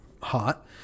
hot